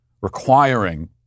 requiring